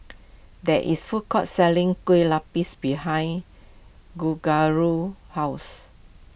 there is food court selling Kue Lupis behind house